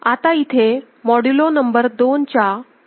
आता इथे modulo number 2 च्या पूर्णांका मध्ये होता